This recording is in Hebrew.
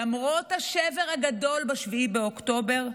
למרות השבר הגדול ב-7 באוקטובר,